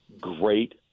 great